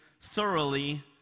thoroughly